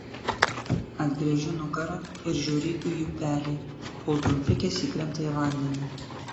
atgręžiu nugarą ir žiūriu į upelį kol trumpikės įkrenta į vandenį